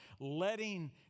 letting